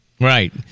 Right